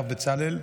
הרב בצלאל,